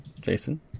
Jason